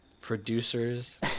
Producers